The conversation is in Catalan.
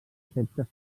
efectes